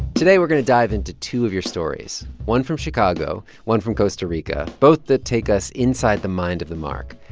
today we're going to dive into two of your stories one from chicago, one from costa rica both that take us inside the mind of the mark.